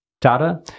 data